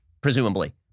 presumably